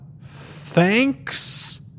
thanks